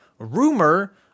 rumor